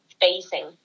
facing